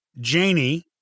Janie